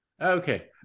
okay